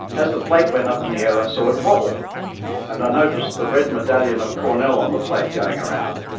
as the plate went up in the air i saw it wobble and i noticed the red medallion of cornell on the plate going around.